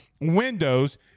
windows